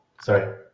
Sorry